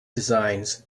designs